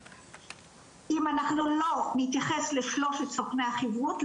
אם אנחנו לא נתייחס לשלשות סוכני החיבורת ,